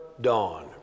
Dawn